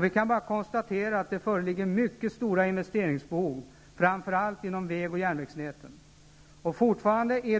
Vi kan konstatera att det föreligger mycket stora investeringsbehov framför allt inom väg och järnvägsnäten.